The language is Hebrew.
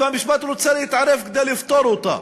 והמשפט רוצה להתערב כדי לפתור אותה.